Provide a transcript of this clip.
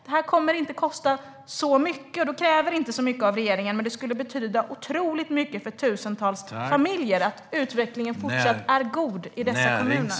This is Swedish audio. Det här kommer inte att kosta mycket, och det kräver inte mycket av regeringen. Men det skulle betyda otroligt mycket för tusentals att utvecklingen är fortsatt god i dessa kommuner.